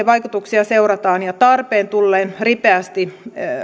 vaikutuksia seurataan ja että niitä tarpeen tullen ripeästi